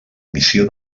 missió